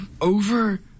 over